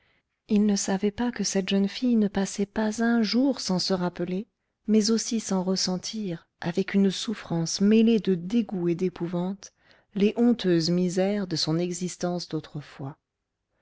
ils ne savaient pas que cette jeune fille ne passait pas un jour sans se rappeler mais aussi sans ressentir avec une souffrance mêlée de dégoût et d'épouvante les honteuses misères de son existence d'autrefois